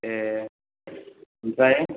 ए ओमफ्राय